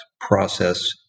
process